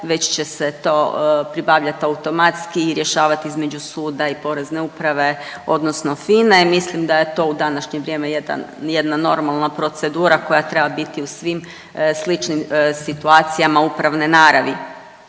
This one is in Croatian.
već se to pribavljati automatski i rješavati između suda i Porezne uprave, odnosno FINA-e. Mislim da je to u današnje vrijeme jedna normalna procedura koja treba biti u svim sličnim situacijama upravne naravi.